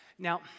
Now